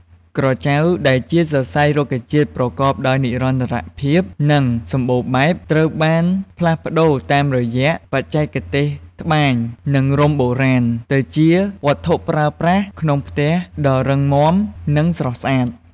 ក្រចៅ ដែលជាសរសៃរុក្ខជាតិប្រកបដោយនិរន្តរភាព និងសម្បូរបែប ត្រូវបានផ្លាស់ប្តូរតាមរយៈបច្ចេកទេសត្បាញ និងរុំបុរាណទៅជាវត្ថុប្រើប្រាស់ក្នុងផ្ទះដ៏រឹងមាំ និងស្រស់ស្អាត។